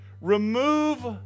remove